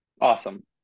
Awesome